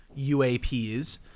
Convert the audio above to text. UAPs